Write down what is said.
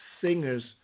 singers